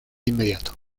inmediato